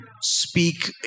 speak